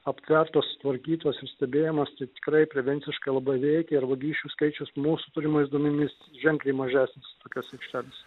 aptvertos sutvarkytos ir stebėjimas tai tikrai prevenciškai labai paveikia ir vagysčių skaičius mūsų turimais duomemis ženkliai mažesnis tokiose aikštelėse